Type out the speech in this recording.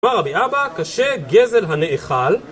אמר רבי אבא, קשה גזל הנאכל